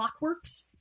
clockworks